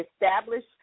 establish